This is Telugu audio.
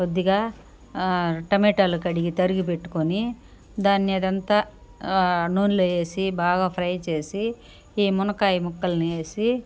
కొద్దిగా టమోటాలు కడిగి తరిగిపెట్టుకొని దాన్ని అదంతా నూనెలో వేసి ఫ్రై చేసి ఈ మునక్కాయ ముక్కల్ని వేసి